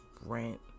rent